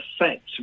effect